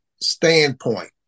standpoint